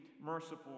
merciful